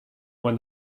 when